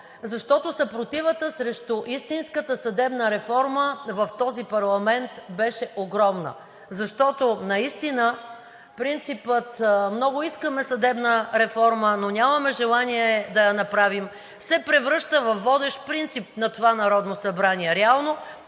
Защото съпротивата срещу истинската съдебна реформа в този парламент беше огромна, защото наистина принципът „много искаме съдебна реформа, но нямаме желание да я направим“, се превръща във водещ принцип на това Народно събрание, реално